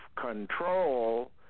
control